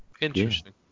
Interesting